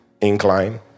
incline